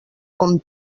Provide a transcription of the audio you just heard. com